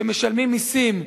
שמשלמים מסים,